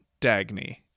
Dagny